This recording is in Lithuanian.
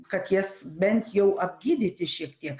kad jas bent jau apgydyti šiek tiek